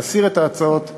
להסיר את ההצעות מסדר-היום,